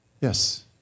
Yes